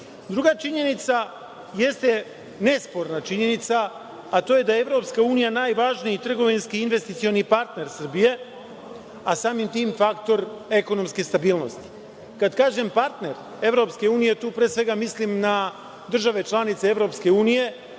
unije. Druga činjenica jeste nesporna činjenica, a to je da je Evropska unija najvažniji trgovinski, investicioni partner Srbije, a samim tim faktor ekonomske stabilnosti. Kada kažem partner Evropske unije, tu pre svega mislim na države članice Evropske unije,